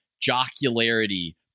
jocularity